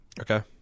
Okay